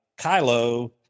Kylo